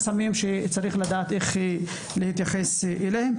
אבל לפעמים יש גם חסמים שצריך לדעת איך להתייחס אליהם.